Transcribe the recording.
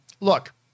look